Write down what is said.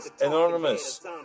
Anonymous